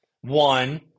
one